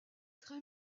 train